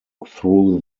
through